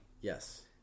Yes